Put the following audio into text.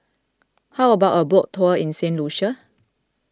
how about a boat tour in Saint Lucia